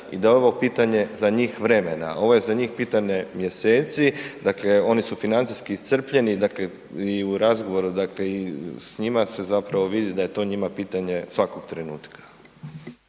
i da je ovo pitanje za njih vremena. Ovo je za njih pitanje mjeseci dakle oni su financijski iscrpljeni, dakle i u razgovoru dakle i s njima se zapravo vidi da je to njima pitanje svakog trenutka.